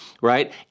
right